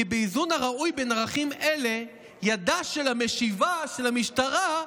כי באיזון הראוי בין ערכים אלה ידה של המשיבה" של המשטרה,